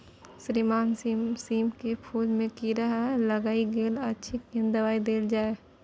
श्रीमान सीम के फूल में कीरा लाईग गेल अछि केना दवाई देल जाय?